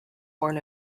born